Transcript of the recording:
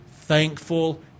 thankful